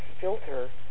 filter